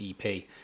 EP